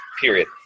Period